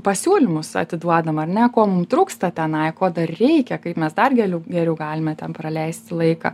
pasiūlymus atiduodam ar ne ko mum trūksta tenai ko dar reikia kaip mes dar geliau geriau galime ten praleisti laiką